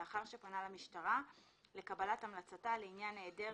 לאחר שפנה למשטרה לקבלת המלצתה לעניין היעדר